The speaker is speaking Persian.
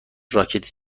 راکت